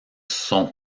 sont